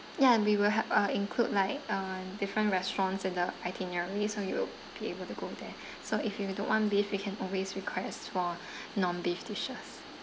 ya we will have uh include like uh different restaurants in the itineraries so you will be able to go there so if you don't want beef you can always request for non beef dishes